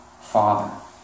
father